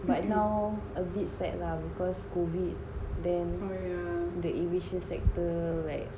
but now a bit sad lah because COVID then aviation sector like